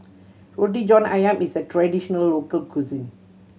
Roti John Ayam is a traditional local cuisine